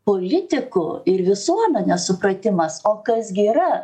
politikų ir visuomenės supratimas o kas gi yra